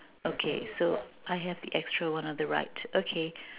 okay so I have the extra one on the right okay